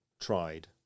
tried